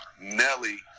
Nelly